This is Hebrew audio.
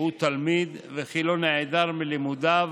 הוא תלמיד וכי לא נעדר מלימודיו